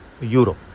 Euro